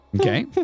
okay